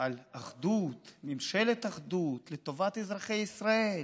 על אחדות, ממשלת אחדות לטובת אזרחי ישראל,